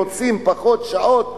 רוצים פחות שעות,